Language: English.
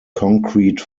concrete